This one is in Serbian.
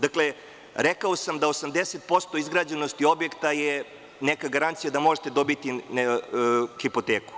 Dakle, rekao sam da 80% izgrađenosti objekta je neka garancija da možete dobiti hipoteku.